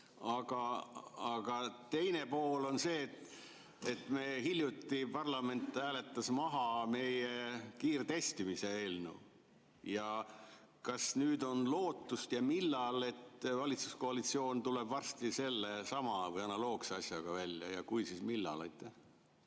Aga teine pool on see, et hiljuti parlament hääletas maha meie kiirtestimise eelnõu. Kas nüüd on lootust, et valitsuskoalitsioon tuleb varsti sellesama või analoogse asjaga välja ja kui, siis millal?